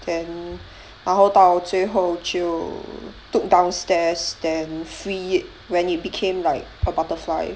then 然后到最后就 took downstairs then free it when it became like a butterfly